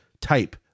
type